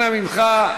אנא ממך.